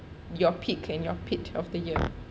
your peak and your pit of the year